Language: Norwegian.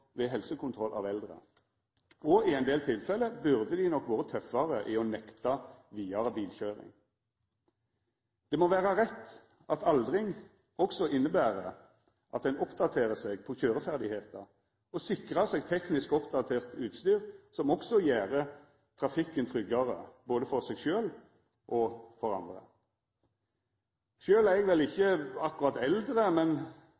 ved helsekontroll av eldre, og i ein del tilfelle burde dei nok ha vore tøffare i å nekta vidare bilkøyring. Det må vera rett at aldring også inneber at ein oppdaterer seg på køyreferdigheiter og sikrar seg teknisk oppdatert utstyr som gjer trafikken tryggare både for seg sjølv og for andre. Sjølv er eg vel ikkje akkurat eldre, men